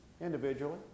individually